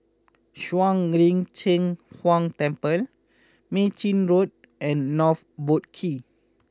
Shuang Lin Cheng Huang Temple Mei Chin Road and North Boat Quay